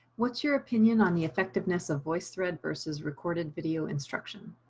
what's your opinion on the effectiveness of voice thread versus recorded video instruction.